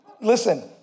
Listen